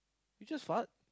you just fart